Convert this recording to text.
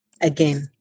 again